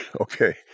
okay